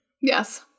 Yes